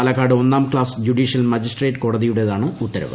പാലക്കാട് ഒന്നാം class judicial മജിസ്ട്രേറ്റ്കോടതിയുടേതാണ് ഉത്തരവ്